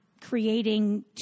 creating